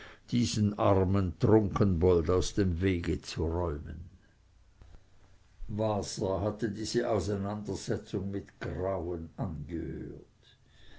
diesen armen trunkenbold aus dem wege zu räumen waser hatte diese auseinandersetzung mit grauen angehört